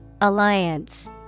Alliance